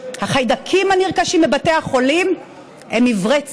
החיידקים הנרכשים בבתי החולים הם עיוורי צבעים.